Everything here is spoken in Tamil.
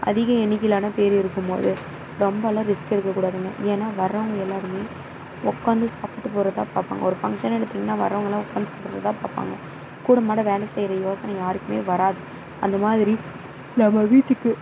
அதிக எண்ணிக்கையிலான பேர் இருக்கும் போது ரொம்பலாம் ரிஸ்க் எடுக்க கூடாதுங்க ஏன்னா வர்றவுங்க எல்லாருமே உக்காந்து சாப்பிடுட்டு போகிறது தான் பார்ப்பாங்க ஒரு ஃபங்க்ஷன்னு எடுத்துட்டீங்கன்னா வர்றவங்கள்லாம் உக்காந்து சாப்புடுறது தான் பார்ப்பாங்க கூடமாட வேலை செய்யிற யோசனை யாருக்குமே வராது அந்த மாதிரி நம்ம வீட்டுக்கு